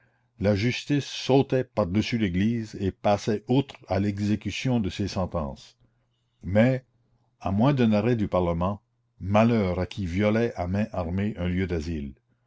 la justice sautait par-dessus l'église et passait outre à l'exécution de ses sentences mais à moins d'un arrêt du parlement malheur à qui violait à main armée un lieu d'asile